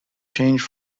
change